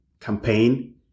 campaign